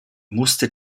musste